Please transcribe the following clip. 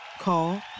Call